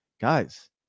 guys